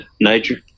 nature